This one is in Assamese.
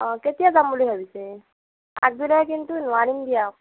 অ' কেতিয়া যাম বুলি ভাবিছে আগবেলা কিন্তু নোৱাৰিম দিয়ক